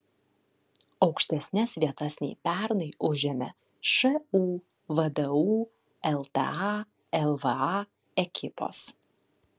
aukštesnes vietas nei pernai užėmė šu vdu lta lva ekipos